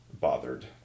bothered